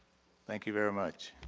thank you very much.